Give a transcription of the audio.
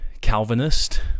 Calvinist